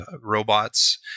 robots